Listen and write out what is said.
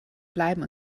bleiben